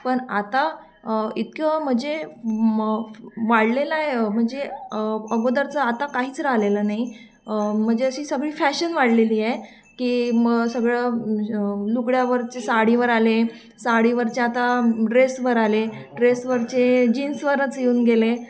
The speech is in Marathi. पण आता इतकं म्हणजे म वाढलेलं आहे म्हणजे अगोदरचं आता काहीच राहिलेलं नाही म्हणजे अशी सगळी फॅशन वाढलेली आहे की म सगळं लुकड्यावरचे साडीवर आले साडीवरचे आता ड्रेसवर आले ड्रेसवरचे जीन्सवरच येऊन गेले